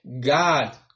God